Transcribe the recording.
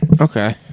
Okay